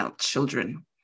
children